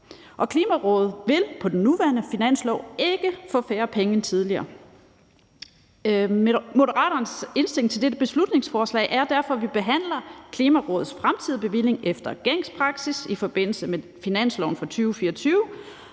og Klimarådet vil på den nuværende finanslov ikke få færre penge end tidligere. Moderaternes indstilling til dette beslutningsforslag er derfor, at vi behandler Klimarådets fremtidige bevilling efter gængs praksis i forbindelse med finansloven for 2024,